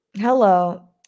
hello